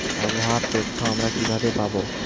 আবহাওয়ার তথ্য আমরা কিভাবে পাব?